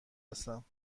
هستم